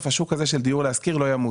השוק הזה של דיור להשכיר לא ימות.